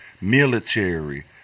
military